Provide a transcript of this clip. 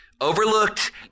overlooked